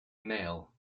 mail